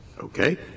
Okay